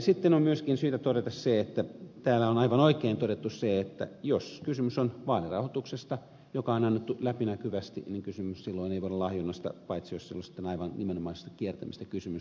sitten on myöskin syytä todeta se että täällä on aivan oikein todettu se että jos kysymys on vaalirahoituksesta joka on annettu läpinäkyvästi niin kysymys silloin ei voi olla lahjonnasta paitsi jos siellä on sitten aivan nimenomaisesta kiertämisestä kysymys